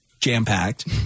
jam-packed